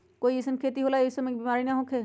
कोई अईसन खेती होला की वो में ई सब बीमारी न होखे?